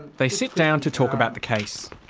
they sit down to talk about the case.